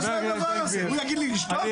מה זה הדבר הזה, הוא יגיד לי לשתוק?